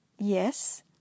Yes